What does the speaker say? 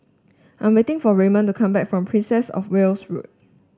I'm waiting for Raymond to come back from Princess Of Wales Road